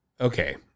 Okay